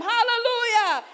Hallelujah